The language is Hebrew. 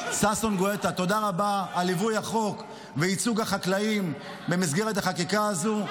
תודה רבה על ליווי החוק וייצוג החקלאים במסגרת החקיקה הזאת.